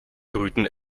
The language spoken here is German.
brüten